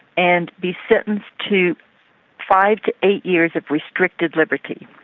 and be sentenced to five to eight years of restricted liberty,